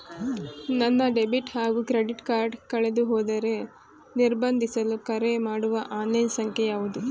ನನ್ನ ಡೆಬಿಟ್ ಹಾಗೂ credit card ಕಳೆದುಹೋದರೆ ನಿರ್ಬಂಧಿಸಲು ಕರೆಮಾಡುವ ಆನ್ಲೈನ್ ಸಂಖ್ಯೆಯಾವುದು?